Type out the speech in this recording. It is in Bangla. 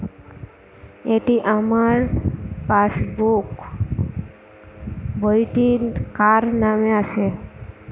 এটি আমার পাসবুক বইটি কার নামে আছে?